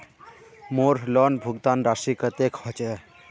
मोर लोन भुगतान राशि कतेक होचए?